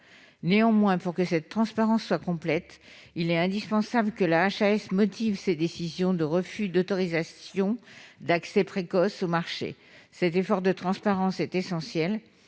acteurs. Afin que cette transparence soit néanmoins complète, il est indispensable que la HAS motive ses décisions de refus d'autorisation d'accès précoce au marché. Cet effort de transparence est essentiel